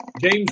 James